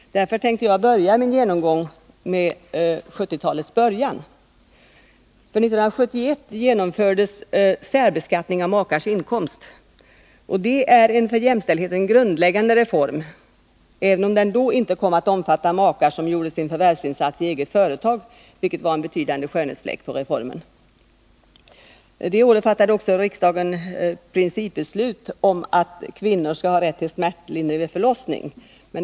Därför tänker jag börja min genomgång med att skildra vad som hände vid 1970-talets början. År 1971 genomfördes särbeskattning av makars inkomst. Det var en för jämställdheten grundläggande reform — även om den då inte kom att omfatta de makar som gjorde sin förvärvsinsats i eget företag, vilket var en betydande skönhetsfläck på reformen. 50 Det året fattade riksdagen principbeslutet om att kvinnor skall ha rätt till smärtlindring vid förlossning.